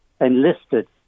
enlisted